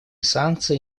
санкции